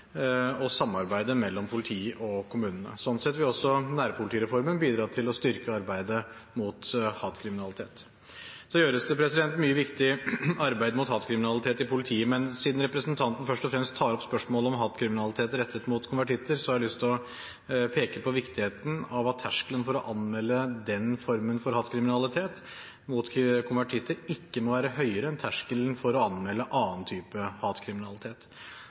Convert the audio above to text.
og samarbeidet mellom politiet og kommunene. Slik sett vil også nærpolitireformen bidra til å styrke arbeidet mot hatkriminalitet. Det gjøres mye viktig arbeid i politiet mot hatkriminalitet. Men siden representanten først og fremst tar opp spørsmålet om hatkriminalitet rettet mot konvertitter, har jeg lyst til å peke på viktigheten av at terskelen for å anmelde den formen for hatkriminalitet mot konvertitter ikke må være høyere enn terskelen for å anmelde annen type hatkriminalitet.